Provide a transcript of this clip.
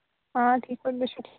آ ٹھیٖک پٲٹھۍ تُہۍ چھِو